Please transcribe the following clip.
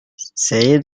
saya